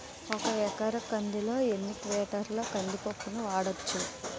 ఒక ఎకర కందిలో ఎన్ని క్వింటాల కంది పప్పును వాడచ్చు?